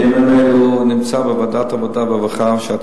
בימים אלו נמצאת בוועדת העבודה והרווחה רפורמה בבריאות הנפש.